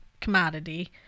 commodity